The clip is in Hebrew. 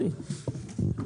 נלך איתך.